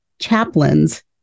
Chaplains